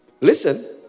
Listen